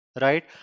right